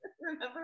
remember